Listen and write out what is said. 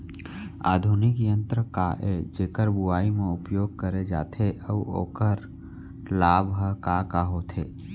आधुनिक यंत्र का ए जेकर बुवाई म उपयोग करे जाथे अऊ ओखर लाभ ह का का होथे?